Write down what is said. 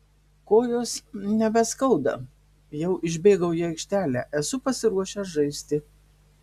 kojos nebeskauda jau išbėgau į aikštelę esu pasiruošęs žaisti